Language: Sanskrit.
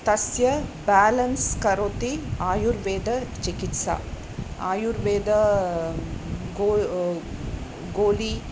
तस्य बालेन्स् करोति आयुर्वेदचिकित्सा आयुर्वेदः गोल् गोलिका